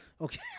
Okay